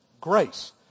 grace